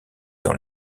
dans